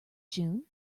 june